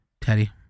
Teddy